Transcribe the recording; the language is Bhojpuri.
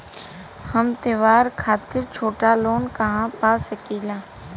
हम त्योहार खातिर छोटा लोन कहा पा सकिला?